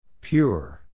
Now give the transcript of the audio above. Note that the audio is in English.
Pure